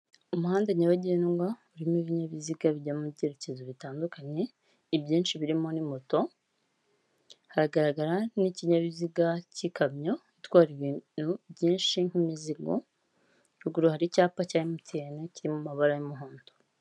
Umuhanda nyabagendwa urimo ibinyabiziga bijya mu byerekezo bitandukanye, ibyinshi birimo ni moto, hagaragara n'ikinyabiziga cy'ikamyo itwara byinshi nk'imizigo, ruguru hari icyapa cya MTN kiririmo amabara y'umuhondo.